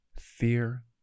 fear